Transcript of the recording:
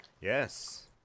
yes